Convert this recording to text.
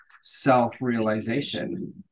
self-realization